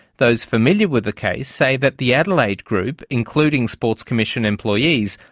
those familiar with the case say that the adelaide group, including sports commission employees,